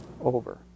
over